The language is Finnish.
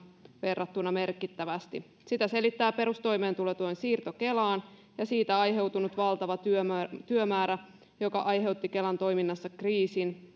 verrattuna merkittävästi sitä selittävät perustoimeentulotuen siirto kelaan ja siitä aiheutunut valtava työmäärä työmäärä joka aiheutti kelan toiminnassa kriisin